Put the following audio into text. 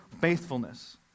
faithfulness